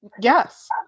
Yes